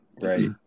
Right